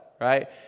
right